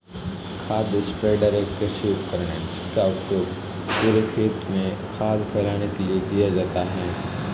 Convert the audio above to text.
खाद स्प्रेडर एक कृषि उपकरण है जिसका उपयोग पूरे खेत में खाद फैलाने के लिए किया जाता है